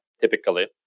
typically